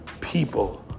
people